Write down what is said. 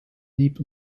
deep